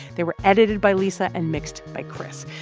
they were edited by lisa and mixed by chris.